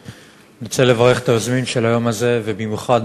אני רוצה לברך את היוזמים של היום הזה, ובמיוחד,